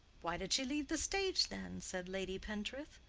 why did she leave the stage, then? said lady pentreath.